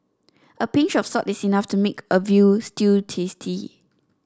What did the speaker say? a pinch of salt is enough to make a veal stew tasty